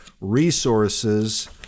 resources